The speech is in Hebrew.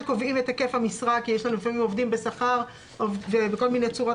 קובעים את היקף המשרה כי יש לנו לפעמים עובדים בשכר ובכל מיני צורות